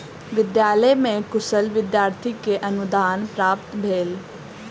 विद्यालय में कुशल विद्यार्थी के अनुदान प्राप्त भेल